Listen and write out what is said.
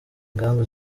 ingamba